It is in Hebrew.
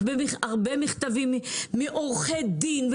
הרבה מכתבים מעורכי דין.